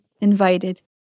invited